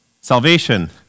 salvation